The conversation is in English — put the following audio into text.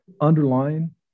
Underlying